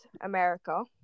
America